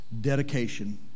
dedication